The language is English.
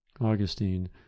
augustine